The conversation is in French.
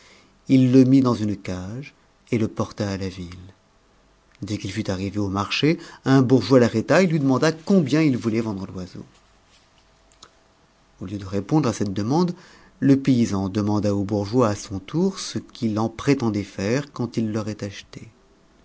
i e mit dans une cage et le porta à la ville dès qu'il fut arrivé au marché un bourgeois t'arrêta et lui demanda combien il voulait vendre l'oiseau au lieu de répondre à cette demande le paysan demanda au bourgeois a son tour ce qu'il en prétendait faire quand il l'aurait acheté